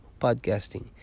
podcasting